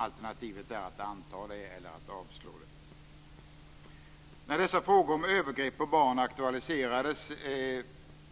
Alternativet är att anta förslaget eller att avslå det. När dessa frågor om övergrepp på barn aktualiserades